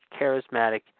charismatic